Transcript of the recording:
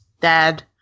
Dad